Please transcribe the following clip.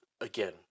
again